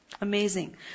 Amazing